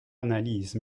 analyse